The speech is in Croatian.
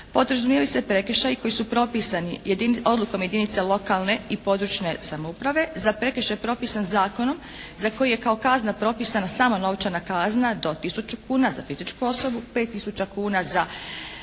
podrazumijevaju se prekršaji koji su propisani odlukom jedinice lokalne i područne samouprave za prekršaj propisan zakonom za koji je kao kazna propisana sama novčana kazna do tisuću kuna za fizičku osobu, 5 tisuća kuna za